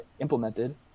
implemented